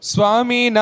Swami